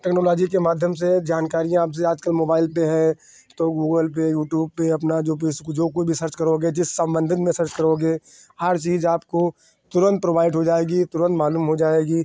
technology के माध्यम से जानकारियाँ अब से आजकल मोबाइल पर है तो गूगल पर यूट्यूब पर अपना जो भी उसको जो कोई भी सर्च करोगे जिस सम्बन्धित में सर्च करोगे हर चीज़ आपको तुरन्त प्रोवाइड हो जाएगी तुरन्त मालूम हो जाएगी